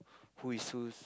who is who's